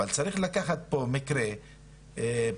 אבל צריך לקחת פה מקרה פיילוט,